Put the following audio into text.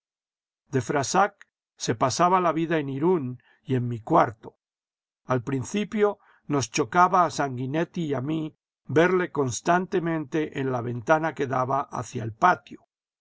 de frassac se pasaba la vida en irún y en mi cuarto al principio nos chocaba a sanguinetti y a mí verle constantemente en la ventana que daba hacia el patio